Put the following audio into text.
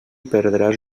perdràs